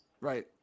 Right